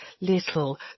little